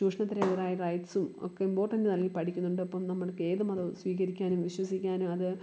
ചൂഷണത്തിനെതിരായ റൈറ്റ്സും ഒക്കെ ഇമ്പോർട്ടൻറ്റ് നൽകി പഠിക്കുന്നുണ്ട് അപ്പോൾ നമ്മൾക്ക് ഏതു മതവും സ്വീകരിക്കാനും വിശ്വസിക്കാനുമത്